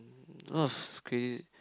mm a lot of crazy